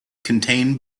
contain